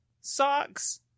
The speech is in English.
socks